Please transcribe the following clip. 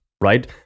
right